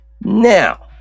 now